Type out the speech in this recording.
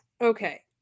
Okay